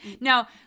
Now